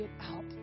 out